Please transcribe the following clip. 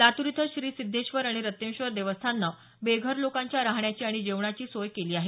लातूर इथं श्री सिद्धेश्वर आणि रत्नेश्वर देवस्थाननं बेघर लोकांच्या राहण्याची आणि जेवणाची सोय केली आहे